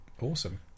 awesome